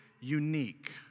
unique